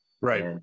right